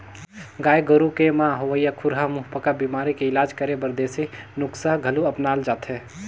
गाय गोरु के म होवइया खुरहा मुहंपका बेमारी के इलाज करे बर देसी नुक्सा घलो अपनाल जाथे